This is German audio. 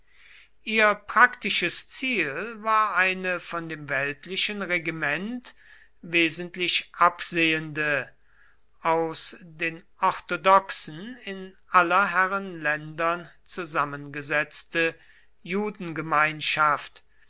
ihr praktisches ziel war eine von dem weltlichen regiment wesentlich absehende aus den orthodoxen in aller herren ländern zusammengesetzte